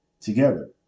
together